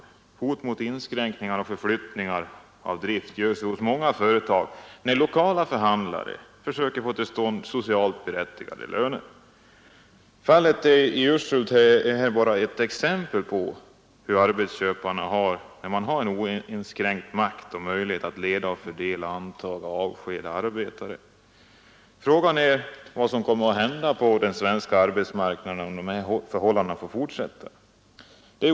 Många företag hotar med inskränkningar och förflyttning, när lokala förhandlare försöker få till stånd socialt berättigade löner. Fallet i Urshult är bara ett exempel på hur det kan gå, när arbetsköparna har en oinskränkt makt att leda och fördela arbetet samt att anta och avskeda arbetare. Frågan är vad som kommer att hända på den svenska arbetsmarknaden om de här förhållandena får fortsätta.